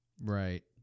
right